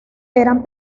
eran